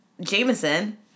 Jameson